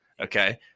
Okay